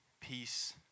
peace